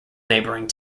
neighbouring